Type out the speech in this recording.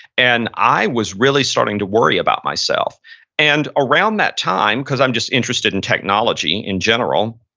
and i was really starting to worry about myself and around that time because i'm just interested in technology in general,